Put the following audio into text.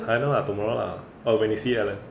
!huh! no lah tomorrow lah orh when you see alan